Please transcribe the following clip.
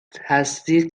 تصدیق